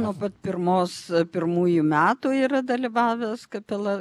nuo pat pirmos pirmųjų metų yra dalyvavęs kapela